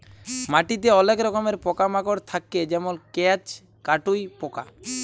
মাটিতে অলেক রকমের পকা মাকড় থাক্যে যেমল কেঁচ, কাটুই পকা